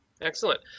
Excellent